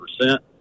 percent